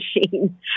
machine